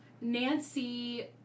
Nancy